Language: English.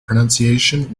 pronunciation